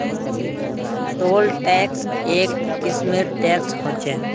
toll tax एक किस्मेर tax ह छः